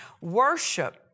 Worship